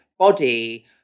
body